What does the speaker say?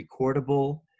recordable